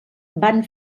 van